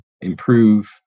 improve